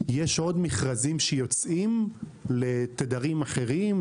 יש עוד מכרזים שיוצאים לתדרים אחרים,